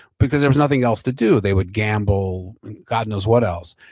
because there's nothing else to do. they would gamble and god knows what else.